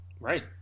Right